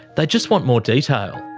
they just want more detail.